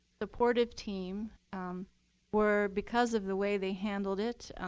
supportive team where, because of the way they handled it,